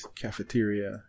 Cafeteria